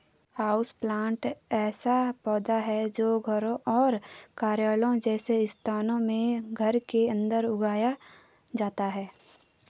houseplant ऐसा पौधा है जो घरों और कार्यालयों जैसे स्थानों में घर के अंदर उगाया जाता है